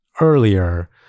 earlier